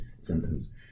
symptoms